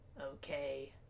Okay